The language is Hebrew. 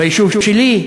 ביישוב שלי?